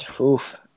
oof